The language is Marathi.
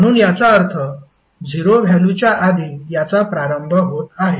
म्हणून याचा अर्थ 0 व्हॅल्युच्या आधी याचा प्रारंभ होत आहे